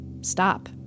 stop